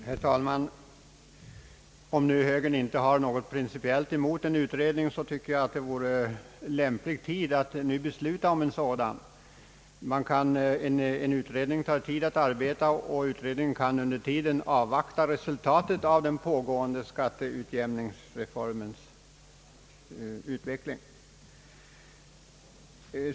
Herr talman! Om nu högern inte principiellt har någonting emot en utredning, tycker jag tidpunkten vore lämplig att medverka till ett beslut om en sådan. En utredning tar ju tid, och man kunde under arbetets gång ta del av resultatet av den pågående skatteutjämningsreformens verkningar.